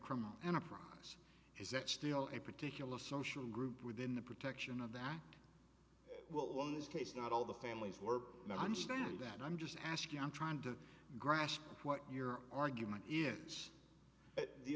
criminal enterprise is that still a particular social group within the protection of the act well on this case not all the families were not understand that i'm just asking i'm trying to grasp what your argument is the